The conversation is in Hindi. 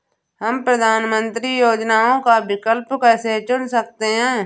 हम प्रधानमंत्री योजनाओं का विकल्प कैसे चुन सकते हैं?